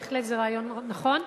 בהחלט זה רעיון נכון.